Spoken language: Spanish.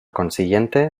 consiguiente